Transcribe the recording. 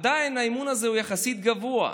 האמון הזה עדיין יחסית גבוה.